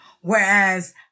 Whereas